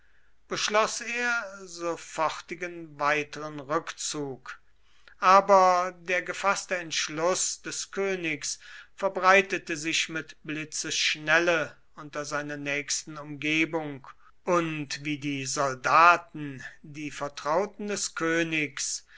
beschloß er sofortigen weiteren rückzug aber der gefaßte entschluß des königs verbreitete sich mit blitzesschnelle unter seiner nächsten umgebung und wie die soldaten die vertrauten des königs